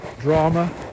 drama